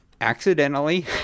accidentally